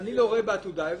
אני לא רואה בעתודה הבדל.